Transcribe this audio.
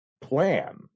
plan